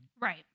Right